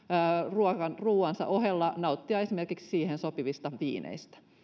ruokansa ohella nauttia esimerkiksi siihen sopivista viineistä niin